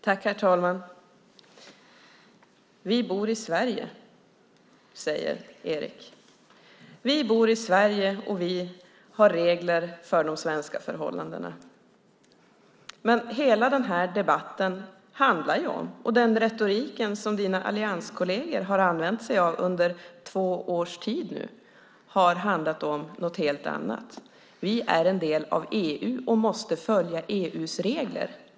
Herr talman! Vi bor i Sverige, säger Erik. Vi bor i Sverige och vi har regler för de svenska förhållandena. Hela debatten, och hela den retorik som dina allianskolleger har använt sig av i två år, handlar ju om något helt annat: Vi är en del av EU och måste följa EU:s regler.